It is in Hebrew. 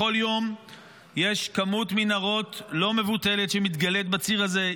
בכל יום יש כמות מנהרות לא מבוטלת שמתגלית בציר הזה,